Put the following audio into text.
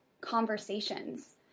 conversations